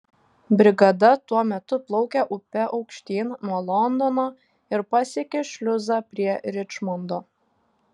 brigada tuo metu plaukė upe aukštyn nuo londono ir pasiekė šliuzą prie ričmondo